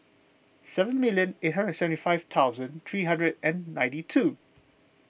seven million eight hundred and seventy five thousand three hundred and ninety two